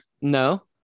No